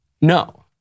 no